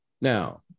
Now